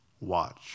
watch